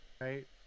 Right